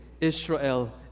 Israel